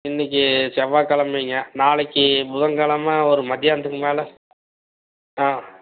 இன்றைக்கி செவ்வாய்க் கிழமைங்க நாளைக்கு புதன் கிழம ஒரு மத்தியானத்துக்கு மேல் ஆ